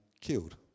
killed